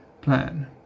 plan